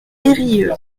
eyrieux